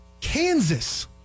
Kansas